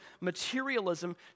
materialism